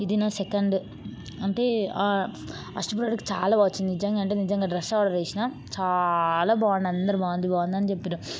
ఇది నా సెకండ్ అంటే ఫస్ట్ ప్రొడక్ట్ చాలా బాగా వచ్చింది నిజంగా అంటే నిజంగా డ్రెస్ ఆర్డర్ చేసినా చాలా బాగుంది అందరూ బాగుంది బాగుంది అని చెప్పారు